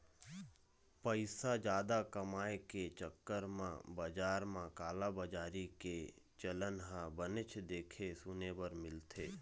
पइसा जादा कमाए के चक्कर म बजार म कालाबजारी के चलन ह बनेच देखे सुने बर मिलथे